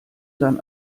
dann